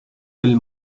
del